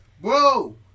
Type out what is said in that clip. bro